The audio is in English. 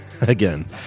again